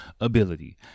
ability